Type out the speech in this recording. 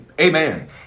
Amen